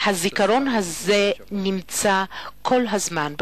הזיכרון הזה נמצא כל הזמן עמי,